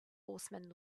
horsemen